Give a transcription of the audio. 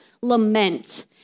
lament